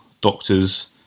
doctors